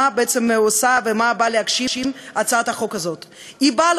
מה בעצם עושה ומה באה הצעת החוק הזאת להגשים: